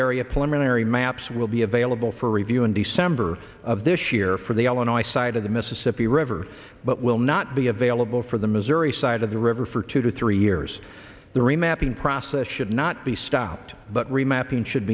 maps will be available for review in december of this year for the l and i side of the mississippi river but will not be available for the missouri side of the river for two to three years the remapping process should not be stopped but